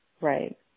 Right